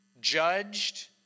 judged